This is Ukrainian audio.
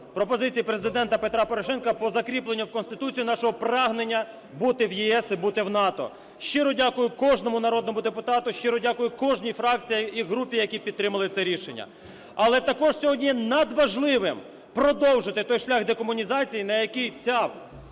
пропозицію Президента Петра Порошенка по закріпленню в Конституції нашого прагнення бути в ЄС і бути в НАТО. Щиро дякую кожному народному депутату, щиро дякую кожній фракції і групі, які підтримали це рішення. Але також сьогодні є надважливим продовжити той шлях декомунізації, на який ця